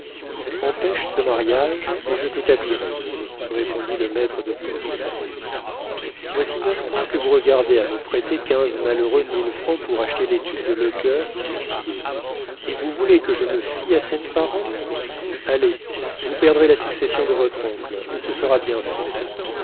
empêche ce mariage et je t'établirai répondit le maître de poste voici neuf mois que vous regardez à me prêter quinze malheureux mille francs pour acheter l'étude de lecœur l'huissier et vous voulez que je me fie à cette parole allez vous perdrez la succession de votre oncle et ce sera bien fait